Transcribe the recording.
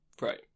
right